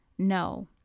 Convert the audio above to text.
No